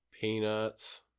peanuts